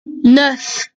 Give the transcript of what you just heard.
neuf